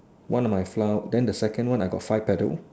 one of my flower then the second one I got five petal